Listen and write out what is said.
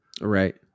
Right